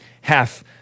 half